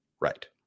right